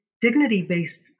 dignity-based